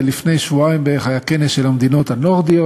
לפני שבועיים בערך היה כנס של המדינות הנורדיות,